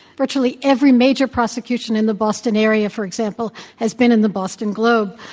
virtually every major prosecution in the boston area, for example, has been in the boston globe.